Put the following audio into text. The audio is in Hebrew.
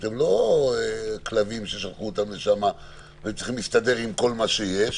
זה לא כלבים שצריכים להסתדר עם כל מה שיש.